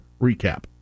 Recap